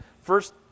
first